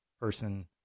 person